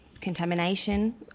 contamination